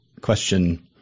question